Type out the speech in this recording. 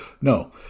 no